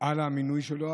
על המינוי שלו,